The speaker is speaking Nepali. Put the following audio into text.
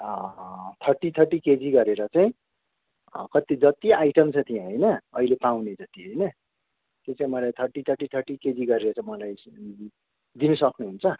थर्टी थर्टी केजी गरेर चाहिँ कति जत्ति आइटम छ त्यहाँ होइन अहिले पाउने जति होइन त्यो चाहिँ मलाई थर्टी थर्टी थर्टी केजी गरेर चाहिँ मलाई दिन सक्नुहुन्छ